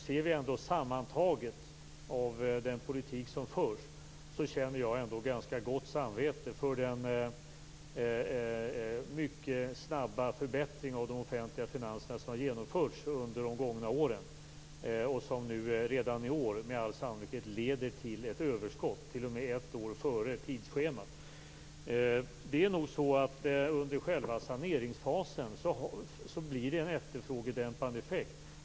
Om vi ser sammantaget på den politik som förs känner jag ganska gott samvete för den mycket snabba förbättring av de offentliga finanserna som har genomförts under de gångna åren. Det leder med all sannolikhet redan i år till ett överskott - t.o.m. ett år före tidschemat. Under själva saneringsfasen blir det en efterfrågedämpande effekt.